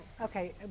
okay